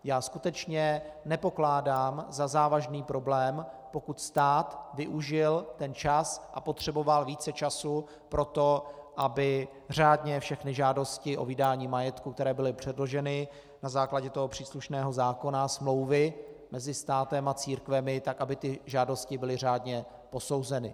Já skutečně nepokládám za závažný problém, pokud stát využil ten čas a potřeboval více času pro to, aby řádně všechny žádosti o vydání majetku, které byly předloženy na základě toho příslušného zákona, smlouvy mezi státem a církvemi, tak aby ty žádosti byly řádně posouzeny.